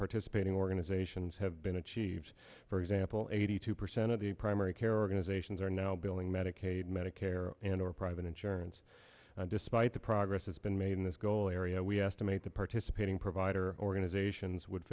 participating organizations have been achieved for example eighty two percent of the primary care organizations are now billing medicaid medicare and or private insurance despite the progress has been made in this goal area we estimate the participating provider organizations would